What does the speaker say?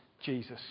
Jesus